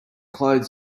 clothes